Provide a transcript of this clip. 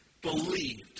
believed